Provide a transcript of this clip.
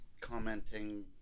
commenting